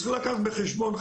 צריך לקחת בחשבון,